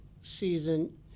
season